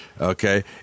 Okay